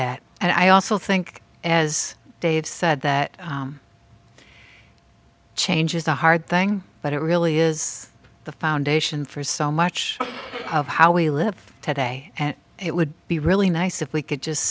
that and i also think as dave said that change is a hard thing but it really is the foundation for so much of how we live today and it would be really nice if we could just